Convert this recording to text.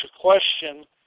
question